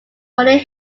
rolling